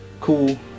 Cool